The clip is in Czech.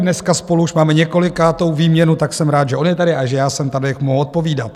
Dneska spolu už máme několikátou výměnu, tak jsem rád, že on je tady a že já jsem tady, abych mu mohl odpovídat.